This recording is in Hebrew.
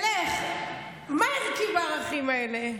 מה ערכי בערכים האלה?